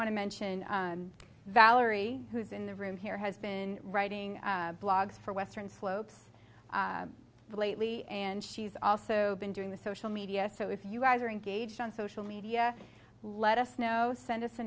want to mention valerie who's in the room here has been writing blogs for western slopes lately and she's also been doing the social media so if you guys are engaged on social media let us know send us a